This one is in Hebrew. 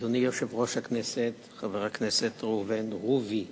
אדוני יושב-ראש הכנסת חבר הכנסת ראובן רובי ריבלין,